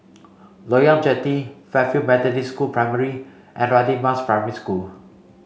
Loyang Jetty Fairfield Methodist School Primary and Radin Mas Primary School